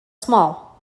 small